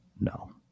No